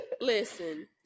Listen